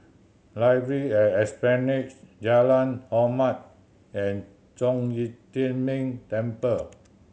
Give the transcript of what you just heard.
Library at Esplanade Jalan Hormat and Zhong Yi Tian Ming Temple